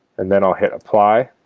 and then i'll hit apply